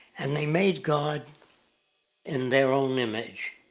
and the made god in their own image.